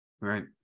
right